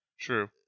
true